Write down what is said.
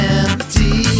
empty